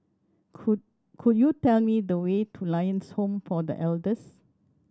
could could you tell me the way to Lions Home for The Elders